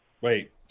Wait